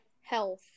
health